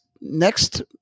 next